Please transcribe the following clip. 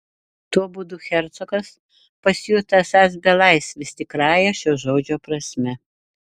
tuo būdu hercogas pasijuto esąs belaisvis tikrąja šio žodžio prasme